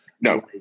No